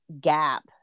gap